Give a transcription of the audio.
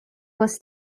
was